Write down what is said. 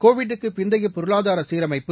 கோவிட்டுக்குப் பிந்தைய பொருளாதார சீர்மைப்பு